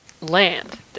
land